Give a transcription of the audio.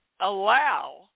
allow